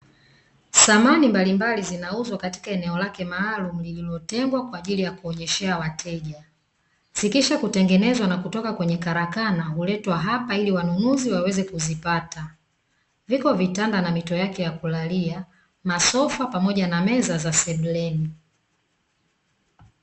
Samani mbalimbali zinauzwa katika eneo lake maalumu, lililotengwa kwa ajili ya kuonyeshea wateja. Zikiisha kutengenezwa na kutoka katika karakana huletwa hapa, ili wanunuzi waweze kuzipata. Viko vitanda na mito yake ya kulalia, masofa pamoja na meza za sebuleni.